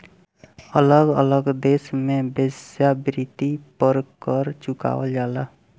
अलग अलग देश में वेश्यावृत्ति पर कर चुकावल जाला